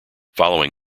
following